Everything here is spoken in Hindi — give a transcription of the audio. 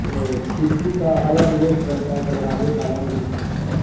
वो खिड़की का अलग रेट रहता है दरवाजे का अलग रेट रहता है